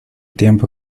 tiempo